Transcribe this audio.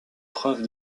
preuve